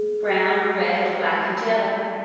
brown, red, black, and yellow.